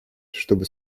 чтобы